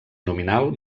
nominal